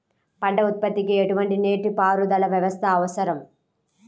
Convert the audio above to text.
పంట ఉత్పత్తికి ఎటువంటి నీటిపారుదల వ్యవస్థ అవసరం?